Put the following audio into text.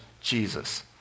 Jesus